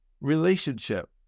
relationship